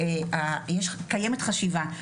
קיימת חשיבה,